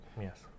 Yes